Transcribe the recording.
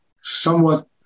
somewhat